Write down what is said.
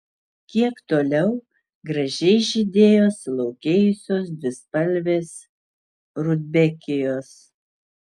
kiek toliau gražiai žydėjo sulaukėjusios dvispalvės rudbekijos